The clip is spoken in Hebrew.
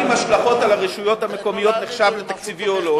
אם חוק שיש לו השלכות על הרשויות המקומיות נחשב תקציבי או לא,